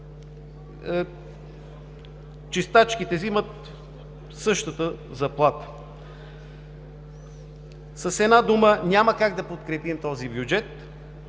чистачките взимат същата заплата?! С една дума, няма как да подкрепим този бюджет.